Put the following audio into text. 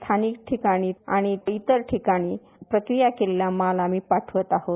स्थानिक ठिकाणी आणि इतर ठिकाणी प्रक्रीया केलेला माल आम्ही पाठवत आहोत